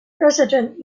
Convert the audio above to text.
resident